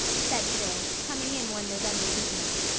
said phil, coming in one november evening,